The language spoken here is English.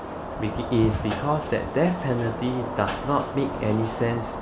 make it is because that death penalty does not make any sense